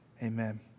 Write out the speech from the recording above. Amen